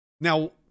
Now